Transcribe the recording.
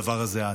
הדבר הזה,